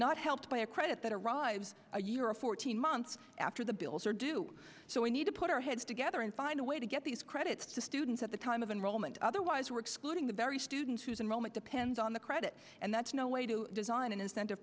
not helped by a credit that arrives a year or fourteen months after the bills are due so we need to put our heads together and find a way to get these credits to students at the time of enrollment otherwise we're excluding the very students whose enrollment depends on the credit and that's no way to design an incentive